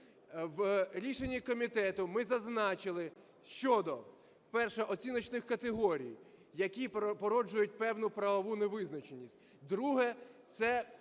У рішенні комітету ми зазначили щодо: перше – оціночних категорій, які породжують певну правову невизначеність.